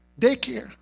daycare